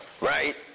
right